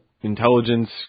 intelligence